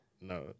No